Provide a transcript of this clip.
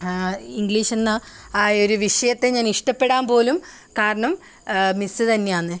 English എന്ന ആ ഒരു വിഷയത്തെ ഞാൻ ഇഷ്ടപ്പെടാൻ പോലും കാരണം മിസ്സ് തന്നെയാണ്